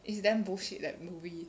it's damn bullshit that movie